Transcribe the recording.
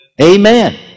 Amen